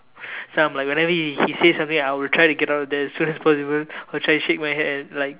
so I'm like whenever he he says something I would try to get out there as soon as possible I will try shake my head like